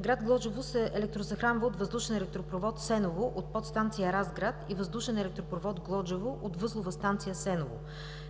Град Глоджево се електрозахранва от въздушния електропровод Сеново от подстанция Разград и въздушен електропровод Глоджево от възлова станция Сеново.